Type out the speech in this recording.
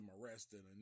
arrested